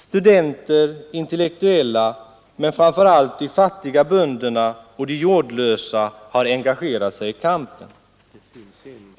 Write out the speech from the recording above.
Studenter och intellektuella men framför allt de fattiga bönderna och de jordlösa har engagerat sig i kampen.